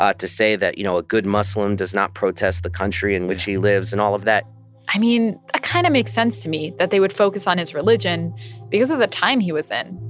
ah to say that, you know, a good muslim does not protest the country in which he lives and all of that i mean, that ah kind of makes sense to me, that they would focus on his religion because of the time he was in.